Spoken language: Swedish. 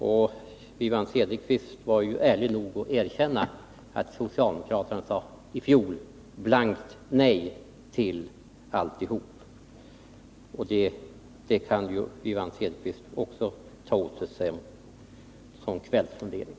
Wivi-Anne Cederqvist var ju ärlig nog att erkänna att socialdemokraterna i fjol sade blankt nej till alltihop. Även detta kan Wivi-Anne Cederqvist ta åt sig som en kvällsfundering.